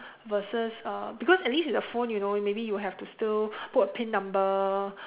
versus uh because at least it's a phone you know maybe you have to still put a pin number